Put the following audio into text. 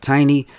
Tiny